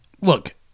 Look